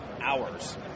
hours